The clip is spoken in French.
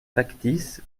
factice